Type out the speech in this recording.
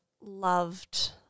loved